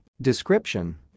Description